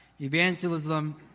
evangelism